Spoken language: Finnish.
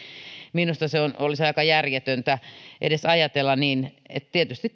minusta olisi aika järjetöntä edes ajatella niin tietysti